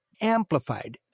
amplified